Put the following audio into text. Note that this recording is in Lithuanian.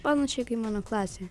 panašiai kaip mano klasė